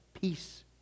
Peace